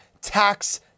tax